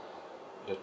the